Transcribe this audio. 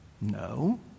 No